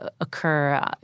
occur